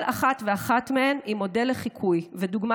כל אחת ואחת מהן היא מודל לחיקוי ודוגמה